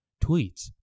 tweets